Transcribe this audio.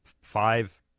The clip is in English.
Five